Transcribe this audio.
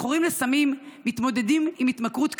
מכורים לסמים מתמודדים עם התמכרות קשה.